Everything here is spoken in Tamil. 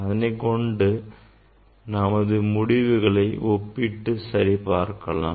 அதனைக்கொண்டு நமது முடிவுகளை ஒப்பிட்டுப் பார்க்கலாம்